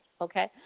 Okay